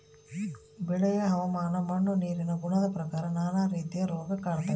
ಬೆಳೆಯ ಹವಾಮಾನ ಮಣ್ಣು ನೀರಿನ ಗುಣದ ಪ್ರಕಾರ ನಾನಾ ರೀತಿಯ ರೋಗ ಕಾಡ್ತಾವೆ